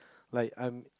like I'm